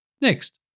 Next